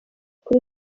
kuri